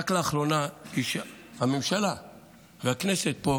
בממשלה ובכנסת פה